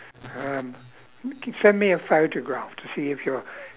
um send me a photograph to see if you're